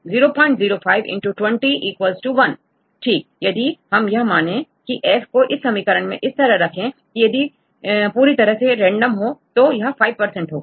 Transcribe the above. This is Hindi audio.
0 05 X 20 1 ठीक अब यदि हम यह माने औरF को इस समीकरण में इस तरह से रखें कि यह यदि पूरी तरह से रैंडम हो तो 5 होगा